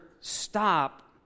stop